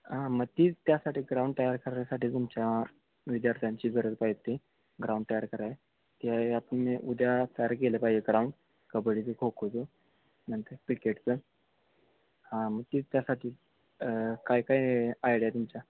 हां मग तीच त्यासाठी ग्राउंड तयार करायसाठी तुमच्या विद्यार्थ्यांची गरज पाय होती ग्राउंड तयार कराय ती आहे तुम्ही उद्या तयार केलं पाहिजे ग्राउंड कबड्डीचं खोखोचं नंतर क्रिकेटचं हां मग तीच त्यासाठी काय काय आयडिया तुमच्या